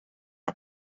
een